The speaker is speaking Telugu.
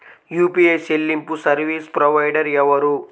యూ.పీ.ఐ చెల్లింపు సర్వీసు ప్రొవైడర్ ఎవరు?